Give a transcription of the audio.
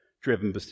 driven